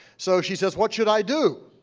so she says, what should i do?